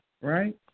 right